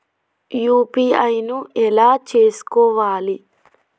UPI ను ఎలా చేస్కోవాలి?